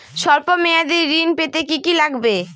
সল্প মেয়াদী ঋণ পেতে কি কি লাগবে?